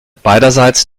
beiderseits